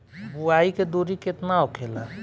बुआई के दूरी केतना होखेला?